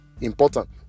important